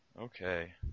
Okay